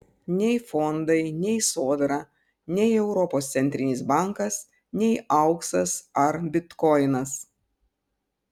nei fondai nei sodra nei europos centrinis bankas nei auksas ar bitkoinas